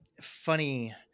funny